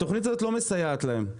התוכנית הזאת לא מסייעת להם,